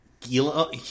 gila